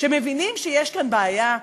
שמבינים שיש כאן בעיה?